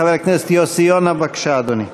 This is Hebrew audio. חבר הכנסת יוסי יונה, בבקשה, אדוני.